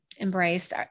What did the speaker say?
embraced